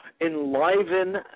enliven